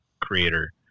creator